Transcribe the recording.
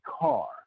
car